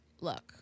look